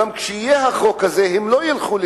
גם כשיחוקק